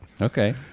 Okay